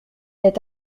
est